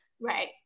right